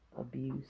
abuse